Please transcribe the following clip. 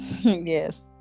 yes